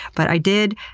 but i did.